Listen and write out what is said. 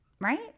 right